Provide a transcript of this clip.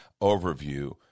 overview